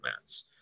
mats